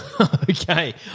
Okay